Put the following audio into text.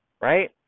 right